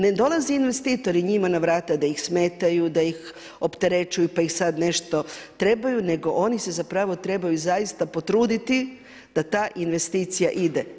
Ne dolaze investitori njima na vrata da ih smetaju, da ih opterećuju pa ih sad nešto trebaju, nego oni se zapravo trebaju zaista potruditi da ta investicija ide.